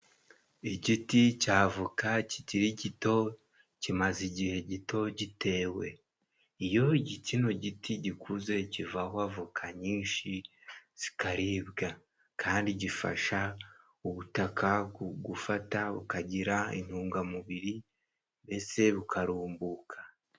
Igiti cy'avoka kikiri gito kimaze igihe gito gitewe iyo kino giti gikuze kivaho avoka nyinshi zikaribwa, kandi gifasha ubutaka gufata, bukagira intungamubiri mbese bukarumbuka.